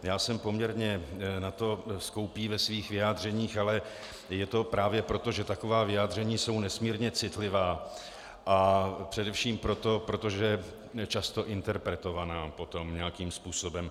Já jsem poměrně na to skoupý ve svých vyjádřeních, ale je to právě proto, že taková vyjádření jsou nesmírně citlivá, a především proto, protože jsou často interpretovaná potom nějakým způsobem.